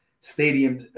stadium